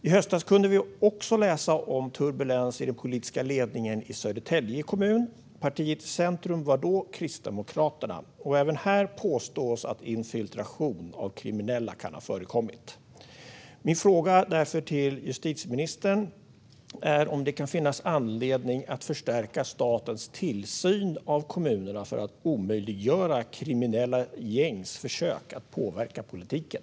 I höstas kunde vi också läsa om turbulens i den politiska ledningen i Södertälje kommun. Partiet i centrum var då Kristdemokraterna. Även här påstås att infiltration av kriminella kan ha förekommit. Kan det finnas anledning, justitieministern, att förstärka statens tillsyn av kommunerna för att omöjliggöra kriminella gängs försök att påverka politiken?